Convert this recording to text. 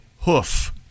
hoof